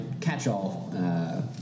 catch-all